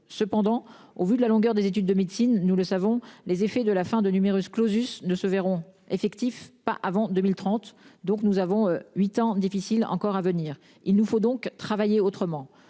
Cependant, au vu de la longueur des études de médecine, nous le savons, les effets de la fin de numerus clausus ne se verront effectif pas avant 2030. Donc nous avons 8 ans difficile encore à venir. Il nous faut donc travailler autrement.